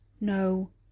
No